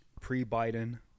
pre-Biden